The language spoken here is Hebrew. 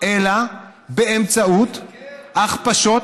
אלא באמצעות הכפשות,